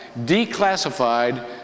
declassified